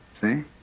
See